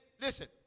listen